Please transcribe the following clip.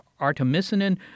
artemisinin